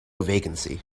vacancy